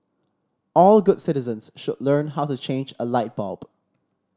all good citizens should learn how to change a light bulb